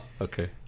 Okay